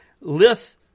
Lith